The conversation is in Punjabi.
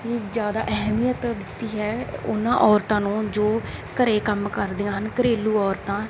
ਜ਼ਿਆਦਾ ਅਹਿਮੀਅਤ ਦਿੱਤੀ ਹੈ ਉਹਨਾਂ ਔਰਤਾਂ ਨੂੰ ਜੋ ਘਰੇ ਕੰਮ ਕਰਦੀਆਂ ਹਨ ਘਰੇਲੂ ਔਰਤਾਂ